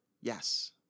yes